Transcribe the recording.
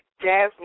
Jasmine